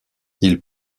ils